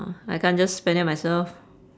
I can't just spend it myself